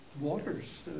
Waters